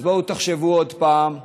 אז בואו תחשבו עוד פעם,